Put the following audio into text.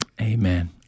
Amen